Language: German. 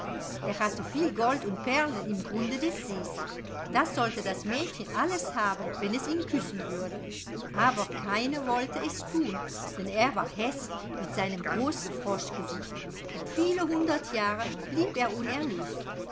er hatte viel gold und perlen im grunde des sees das sollte das mädchen alles haben wenn es ihn küssen würde aber keine wollte es tun denn er war häßlich mit seinem großen froschgesicht und viele hundert jahre blieb er unerlöst